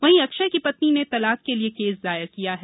वहीं अक्षय की पत्नी ने तलाक के लिये केस दायर किया है